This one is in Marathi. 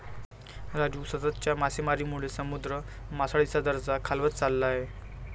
राजू, सततच्या मासेमारीमुळे समुद्र मासळीचा दर्जा खालावत चालला आहे